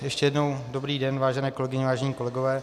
Ještě jednou dobrý den, vážené kolegyně, vážení kolegové.